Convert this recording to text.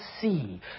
see